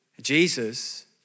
Jesus